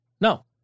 No